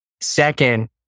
Second